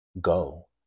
go